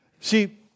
See